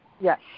Yes